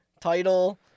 title